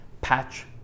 patch